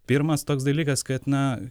pirmas toks dalykas kad na